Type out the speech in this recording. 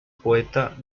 poeta